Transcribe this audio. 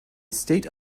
state